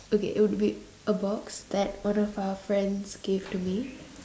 okay it would be a box that one of our friends give to me